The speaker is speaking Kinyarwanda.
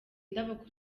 indabo